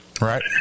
right